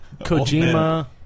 Kojima